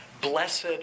blessed